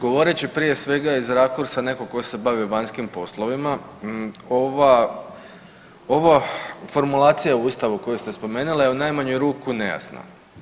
Govoreći prije svega iz rakursa nekog ko se bavio vanjskim poslovima ova formulacija u Ustavu koju ste spomenuli je u najmanju ruku nejasna.